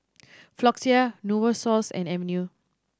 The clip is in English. Floxia Novosource and Avene